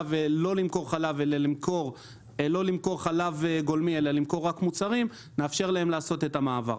ולא למכור חלב גולמי אלא רק מוצרים לעשות את המעבר.